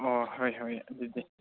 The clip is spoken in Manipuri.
ꯑꯣ ꯍꯣꯏ ꯍꯣꯏ ꯑꯗꯨꯗꯤ